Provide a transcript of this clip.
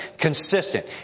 consistent